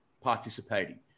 participating